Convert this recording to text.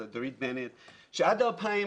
שעד 2020,